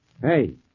Hey